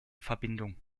verbindung